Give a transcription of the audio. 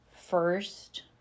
first